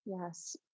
yes